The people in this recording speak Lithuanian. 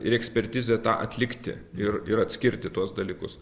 ir ekspertizė tą atlikti ir ir atskirti tuos dalykus